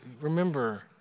remember